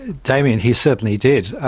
damien, he certainly did.